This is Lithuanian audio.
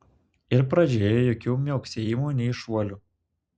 ir pradžioje jokių miauksėjimų nei šuolių